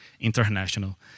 international